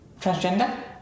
transgender